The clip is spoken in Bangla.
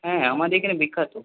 হ্যাঁ আমাদের এইখানে বিখ্যাত